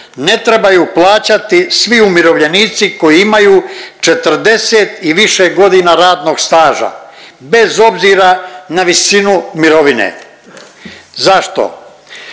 ne trebaju plaćati svi umirovljenici koji imaju 40 i više godina radnog staža, bez obzira na visinu mirovine. Zašto?